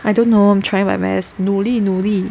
I dont know I'm trying my best 努力努力